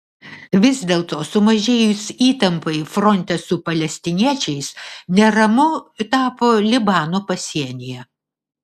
vis dėlto sumažėjus įtampai fronte su palestiniečiais neramu tapo libano pasienyje